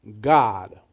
God